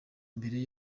mbere